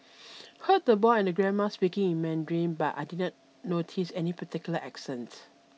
heard the boy and grandma speaking in Mandarin but I did not notice any particular accent